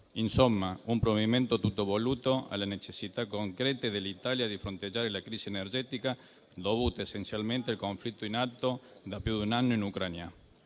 insomma, di un provvedimento tutto volto alle necessità concrete dell'Italia di fronteggiare la crisi energetica, dovuta essenzialmente al conflitto in atto da più di un anno in Ucraina.